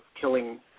killing